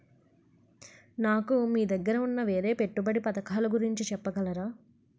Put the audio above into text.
నాకు మీ దగ్గర ఉన్న వేరే పెట్టుబడి పథకాలుగురించి చెప్పగలరా?